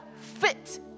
fit